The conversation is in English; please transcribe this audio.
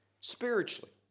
spiritually